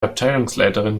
abteilungsleiterin